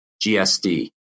gsd